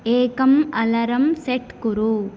एकम् alarm set कुरु